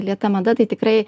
lėta mada tai tikrai